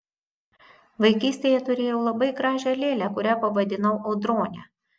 vaikystėje turėjau labai gražią lėlę kurią pavadinau audrone